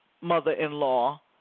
mother-in-law